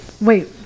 Wait